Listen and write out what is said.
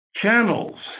Channels